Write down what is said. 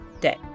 day